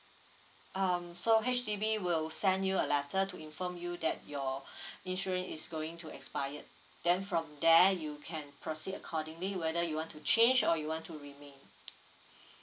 um so H_D_B will send you a letter to inform you that your insurance is going to expired then from there you can proceed accordingly whether you want to change or you want to remain